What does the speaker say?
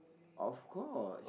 of course